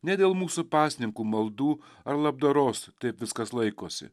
ne dėl mūsų pasninkų maldų ar labdaros taip viskas laikosi